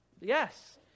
Yes